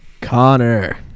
Connor